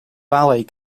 ballet